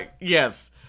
Yes